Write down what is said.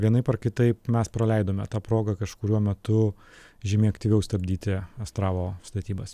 vienaip ar kitaip mes praleidome tą progą kažkuriuo metu žymiai aktyviau stabdyti astravo statybas